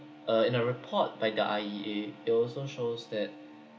uh in a report by the I_E_A it also shows that